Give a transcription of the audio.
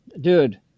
Dude